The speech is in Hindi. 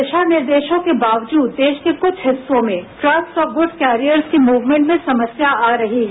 दिशा निर्देशों के बावजूद देश के कुछ हिस्सों में ट्रक्स और गुड कैरियर्स की मूवमेंट में समस्या आ रही है